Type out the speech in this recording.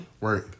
Right